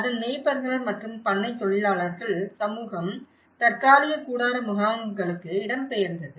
அதன் மேய்ப்பர்கள் மற்றும் பண்ணை தொழிலாளர்கள் சமூகம் தற்காலிக கூடார முகாம்களுக்கு இடம் பெயர்ந்தது